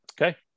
Okay